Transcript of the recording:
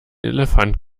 elefant